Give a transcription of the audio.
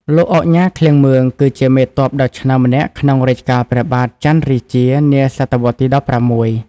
លោកឧកញ៉ា ឃ្លាំងមឿង គឺជាមេទ័ពដ៏ឆ្នើមម្នាក់ក្នុងរជ្ជកាលព្រះបាទច័ន្ទរាជា នាសតវត្សទី១៦។